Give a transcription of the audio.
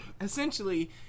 essentially